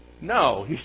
No